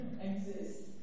exist